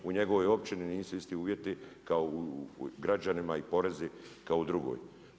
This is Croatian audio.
U njegovoj općini nisu isti uvjeti kao građanima i porezi kao u drugoj.